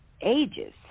ages